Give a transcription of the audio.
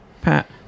pat